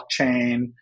blockchain